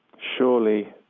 surely